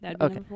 Okay